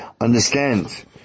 understand